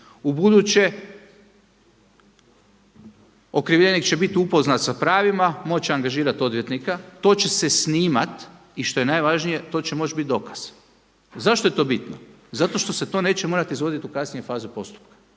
U buduće okrivljenik će bit upoznat sa pravima, moći angažirati odvjetnika. To će se snimat i što je najvažnije to će moći biti dokaz. Zašto je to bitno? Zato što se to neće morati izvoditi u kasnijoj fazi postupka.